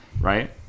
Right